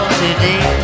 today